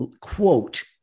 quote